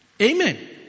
Amen